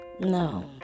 No